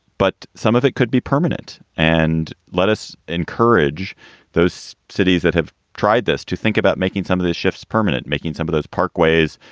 but some of it could be permanent. and let us encourage those cities that have tried this to think about making some of these shifts permanent, making some of those parkways,